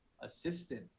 assistant